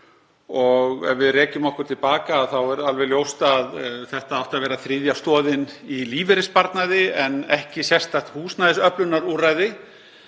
Ef við rekjum okkur til baka þá er það alveg ljóst að þetta átti að vera þriðja stoðin í lífeyrissparnaði en ekki sérstakt húsnæðisöflunarúrræði.